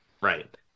right